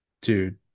dude